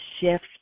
shift